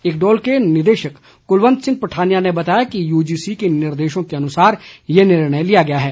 इक्डोल के निदेशक कुलवंत सिंह पठानिया ने बताया कि यूजीसी के निर्देशों के अनुसार ये निर्णय लिया गया है